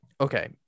okay